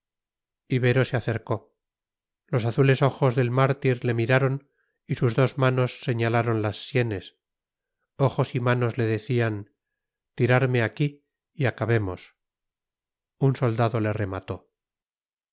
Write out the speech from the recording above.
ibero se acercó los azules ojos del mártir le miraron y sus dos manos señalaron las sienes ojos y manos le decían tirarme aquí y acabemos un soldado le remató